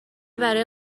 برای